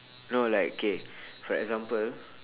no like okay for example